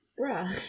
bruh